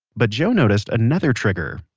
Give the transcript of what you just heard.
but joe noticed another trigger.